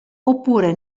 oppure